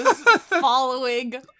following